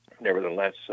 nevertheless